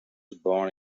born